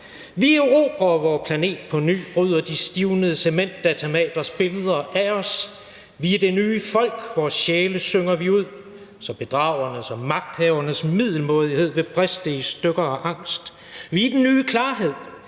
Vi erobrer vor planet på ny, bryder de stivnede cementdatamaters billeder af os. Vi er det nye folk, vores sjæle synger vi ud, så bedragernes og magthavernes middelmådighed vil briste i stykker og angst. Vi er den nye klarhed